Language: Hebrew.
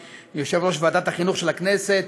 יושב-ראש ועדת החינוך של הכנסת,